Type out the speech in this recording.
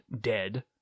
dead